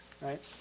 right